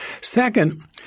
Second